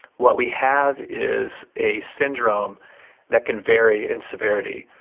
what we have is a syndrome that can vary in severity.